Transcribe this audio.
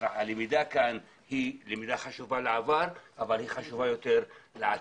הלמידה כאן היא חשובה לעבר אבל חשובה יותר לעתיד.